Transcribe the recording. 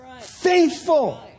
Faithful